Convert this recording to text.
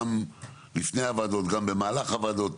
גם לפני הוועדות גם במהלך הוועדות,